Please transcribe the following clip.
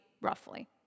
roughly